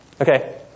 Okay